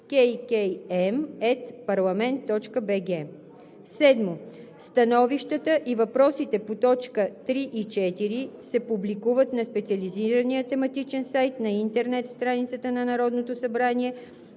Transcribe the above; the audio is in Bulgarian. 7. Становищата и въпросите по т. 3 и 4 се публикуват на специализирания тематичен сайт на интернет страницата на Народното събрание